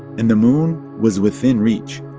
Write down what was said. and the moon was within reach.